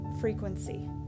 frequency